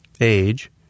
AGE